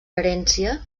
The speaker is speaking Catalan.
herència